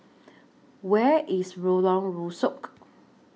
Where IS Lorong Rusuk